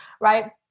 right